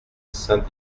saint